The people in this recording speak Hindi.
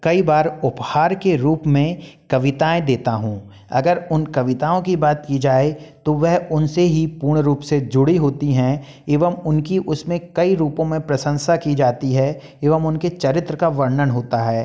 कई बार उपहार के रूप में कविताऍं देता हूँ अगर उन कविताओं की बात की जाए तो वह उनसे ही पूर्ण रूप से जुड़ी होती हैं एवम उनकी उसमें कई रूपों में प्रशंसा की जाती है एवम उनके चरित्र का वर्णन होता है